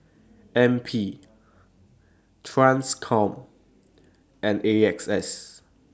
N P TRANSCOM and A X S